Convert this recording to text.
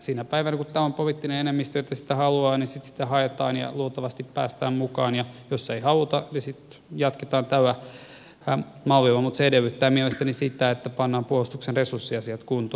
sinä päivänä kun täällä on poliittinen enemmistö joka sitä haluaa niin sitten sitä haetaan ja luultavasti päästään mukaan ja jos ei haluta niin sitten jatketaan tällä mallilla mutta se edellyttää mielestäni sitä että pannaan puolustuksen resurssiasiat kuntoon